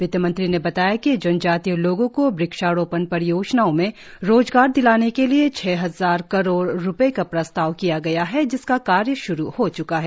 वित्त मंत्री ने बताया कि जनजातीय लोगों को वक्षारोपण परियोजनाओं में रोजगार दिलाने के लिए छह हजार करोड रुपये का प्रस्ताव किया गया है जिसका कार्य श्रू हो च्का है